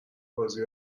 بازی